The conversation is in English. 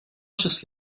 just